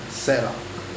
sad lah